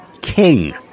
king